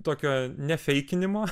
tokio nefeikinimo